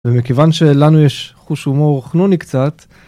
ומכיוון שלנו יש חוש הומור חנוני קצת...